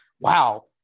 wow